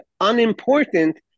unimportant